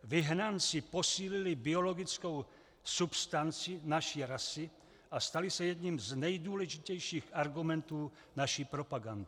Vyhnanci posílili biologickou substanci naší rasy a stali se jedním z nejdůležitějších argumentů naší propagandy.